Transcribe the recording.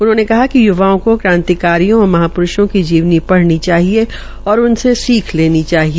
उन्होंने कहा कि य्वाओं को क्रांतिकारियों व महाप्रूषों की जीवनी पढ़नी चाहिए और उनसे सीख लेनी चाहिए